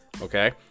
Okay